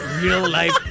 real-life